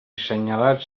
assenyalat